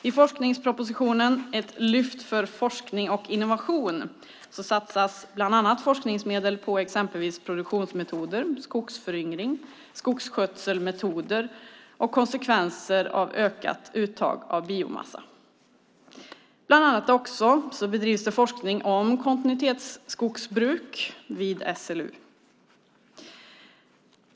I forskningspropositionen Ett lyft för forskning och innovation satsas forskningsmedel på exempelvis produktionsmetoder, skogsföryngring, skogsskötselmetoder och konsekvenser av ökat uttag av biomassa. Bland annat bedrivs också forskning om kontinuitetsskogsbruk vid SLU.